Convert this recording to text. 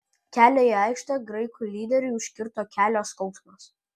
kelią į aikštę graikų lyderiui užkirto kelio skausmas